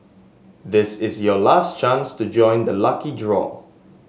this is your last chance to join the lucky draw